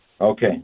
Okay